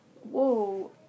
Whoa